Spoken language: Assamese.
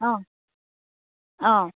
অঁ অঁ